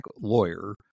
lawyer